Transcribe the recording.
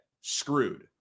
screwed